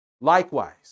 likewise